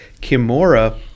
Kimura